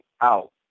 out